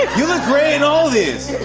you look great in all of these.